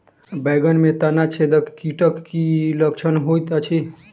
बैंगन मे तना छेदक कीटक की लक्षण होइत अछि?